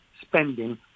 spending